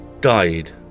Died